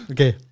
Okay